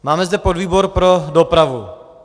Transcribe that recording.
Máme zde podvýbor pro dopravu.